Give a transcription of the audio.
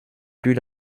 plus